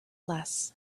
less